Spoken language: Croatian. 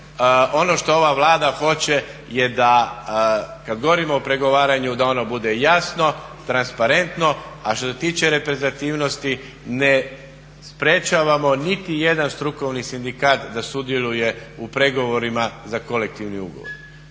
ono što ova Vlada hoće je da kada govorimo o pregovaranju da ono bude jasno, transparentno, a što se tiče reprezentativnosti ne sprečavamo niti jedan strukovni sindikat da sudjeluje u pregovorima za kolektivni ugovor.